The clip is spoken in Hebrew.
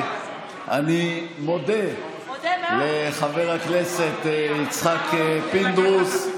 אני מודה לחבר הכנסת יצחק פינדרוס,